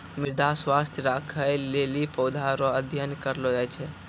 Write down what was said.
मृदा स्वास्थ्य राखै लेली पौधा रो अध्ययन करलो जाय छै